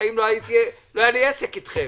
בחיים לא היה לי עסק אתכם.